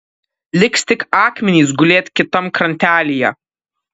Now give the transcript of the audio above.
liks tik akmenys gulėt kitam krantelyje